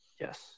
Yes